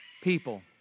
people